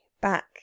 back